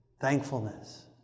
thankfulness